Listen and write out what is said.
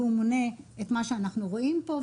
והוא מונה את מה שאנחנו רואים פה.